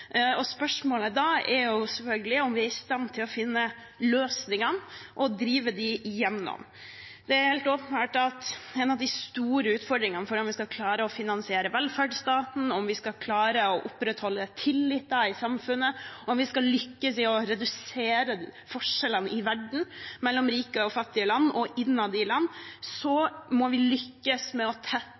Spørsmålet da er selvfølgelig om vi er i stand til å finne løsningene og drive dem gjennom. Dette er helt åpenbart en av de store utfordringene når det gjelder hvordan vi skal klare å finansiere velferdsstaten – om vi skal klare å opprettholde tilliten i samfunnet, om vi skal lykkes i å redusere forskjellene i verden mellom rike og fattige land og innad i landene, må vi lykkes med å